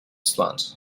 slant